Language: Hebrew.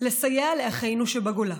לסייע לאחינו שבגולה.